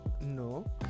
No